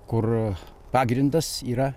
kur pagrindas yra